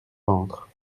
ventre